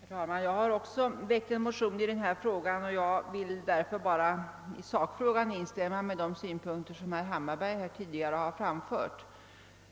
Herr talman! Jag har också väckt en motion i denna fråga. I själva sakfrågan kan jag instämma i de synpunkter som herr Hammarberg tidigare har framfört.